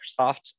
Microsoft